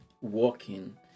walking